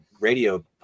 radio